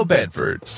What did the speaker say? Bedford